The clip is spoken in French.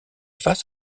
face